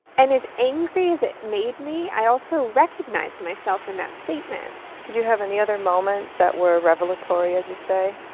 and as angry as it it made me, i also recognized myself in that statement. did you have any other moments that were revelatory, as you say?